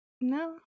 No